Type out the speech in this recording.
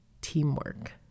teamwork